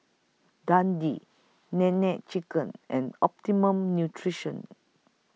Dundee Nene Chicken and Optimum Nutrition